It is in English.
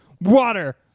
water